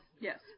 Yes